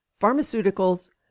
pharmaceuticals